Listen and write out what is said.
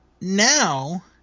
now